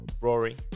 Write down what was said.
Rory